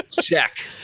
Check